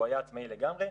הוא היה עצמאי לגמרי,